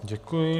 Děkuji.